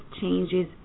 changes